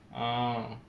ah